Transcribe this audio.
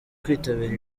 kwitabira